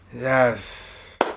yes